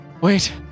wait